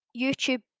YouTube